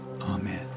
Amen